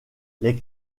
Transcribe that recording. les